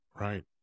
Right